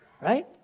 Right